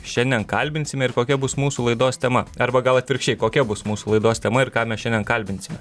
šiandien kalbinsime ir kokia bus mūsų laidos tema arba gal atvirkščiai kokia bus mūsų laidos tema ir ką mes šiandien kalbinsime